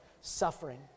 Suffering